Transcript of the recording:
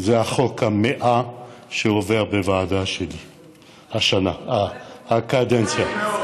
זה החוק ה-100 שעובר בוועדה שלי השנה, הקדנציה.